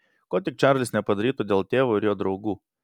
ko tik čarlis nepadarytų dėl tėvo ir jo draugų